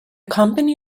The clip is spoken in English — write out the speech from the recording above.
company